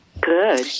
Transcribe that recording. good